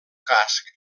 casc